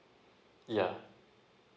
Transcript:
yeah